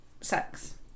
sex